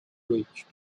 breached